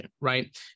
right